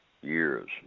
years